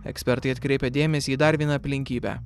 ekspertai atkreipia dėmesį į dar vieną aplinkybę